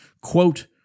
Quote